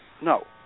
No